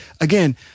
again